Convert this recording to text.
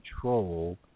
control